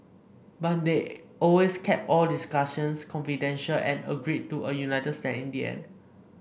but they always kept all discussions confidential and agreed to a united stand in the end